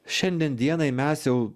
šiandien dienai mes jau